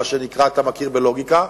אתה מכיר, בלוגיקה.